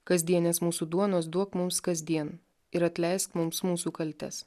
kasdienės mūsų duonos duok mums kasdien ir atleisk mums mūsų kaltes